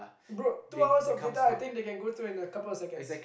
bro two hours of data I think they can go through in a couple of seconds